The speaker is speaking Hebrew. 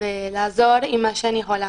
ולעזור במה שאני יכולה.